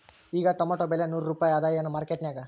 ಈಗಾ ಟೊಮೇಟೊ ಬೆಲೆ ನೂರು ರೂಪಾಯಿ ಅದಾಯೇನ ಮಾರಕೆಟನ್ಯಾಗ?